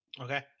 Okay